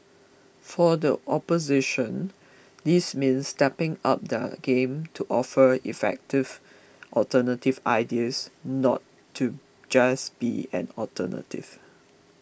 for the opposition this means stepping up their game to offer effective alternative ideas not to just be an alternative